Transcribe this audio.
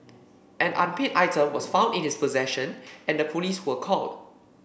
an unpaid item was found in his possession and the police were called